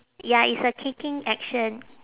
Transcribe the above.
ya it's a kicking action